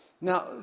Now